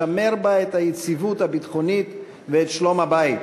לשמר בה את היציבות הביטחונית ואת "שלום הבית",